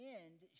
end